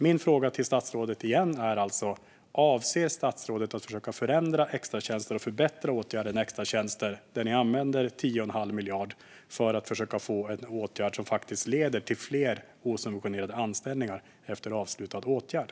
Min fråga till statsrådet är återigen: Avser statsrådet att försöka förändra och förbättra åtgärden extratjänster, där 10 1⁄2 miljard används, för att försöka få en åtgärd som leder till fler osubventionerade anställningar efter avslutad åtgärd?